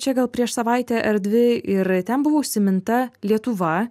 čia gal prieš savaitę ar dvi ir ten buvo užsiminta lietuva